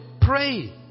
pray